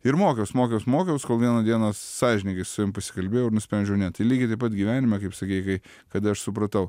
ir mokiaus mokiaus mokiaus kol vieną dieną sąžiningai su savim pasikalbėjau ir nusprendžiau ne tai lygiai taip pat gyvenime kaip sakei kai kad aš supratau